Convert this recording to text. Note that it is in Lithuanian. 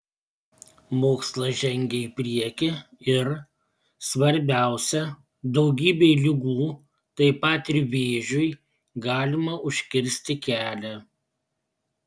mokslas žengia į priekį ir svarbiausia daugybei ligų taip pat ir vėžiui galima užkirsti kelią